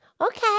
Okay